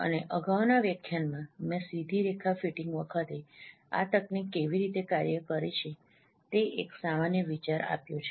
અને અગાઉના વ્યાખ્યાનમાં મેં સીધી રેખા ફીટીંગ વખતે આ તકનીક કેવી રીતે કાર્ય કરે છે તે એક સામાન્ય વિચાર આપ્યો છે